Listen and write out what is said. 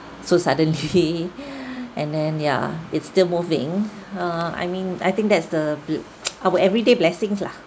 so suddenly and then yeah it's still moving uh I mean I think that's the bl~ our everyday blessings lah